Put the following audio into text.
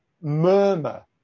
murmur